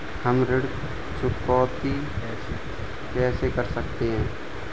हम ऋण चुकौती कैसे कर सकते हैं?